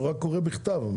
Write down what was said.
הוא רק קורא מהכתב.